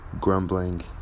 grumbling